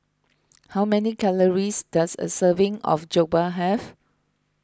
how many calories does a serving of Jokbal have